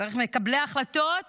צריך מקבלי החלטות